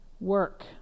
work